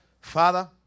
Father